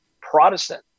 protestant